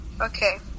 okay